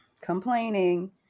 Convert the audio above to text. complaining